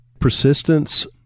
Persistence